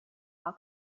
are